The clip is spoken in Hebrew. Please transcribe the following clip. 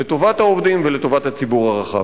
לטובת העובדים ולטובת הציבור הרחב.